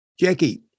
Jackie